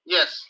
Yes